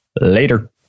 later